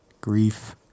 Grief